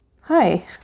Hi